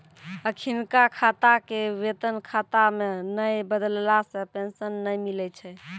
अखिनका खाता के वेतन खाता मे नै बदलला से पेंशन नै मिलै छै